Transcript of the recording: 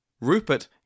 Rupert